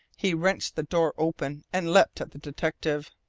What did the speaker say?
he wrenched the door open and leapt at the detective.